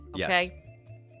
okay